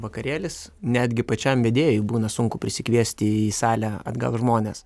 vakarėlis netgi pačiam vedėjui būna sunku prisikviesti į salę atgal žmones